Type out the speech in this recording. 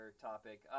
topic